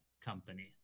company